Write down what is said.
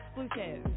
exclusive